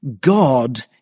God